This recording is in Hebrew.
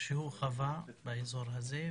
שהוא חווה באזור הזה,